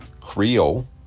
Creole